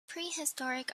prehistoric